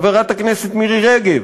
חברת הכנסת מירי רגב,